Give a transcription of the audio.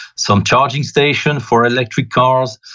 some charging stations for electric cars,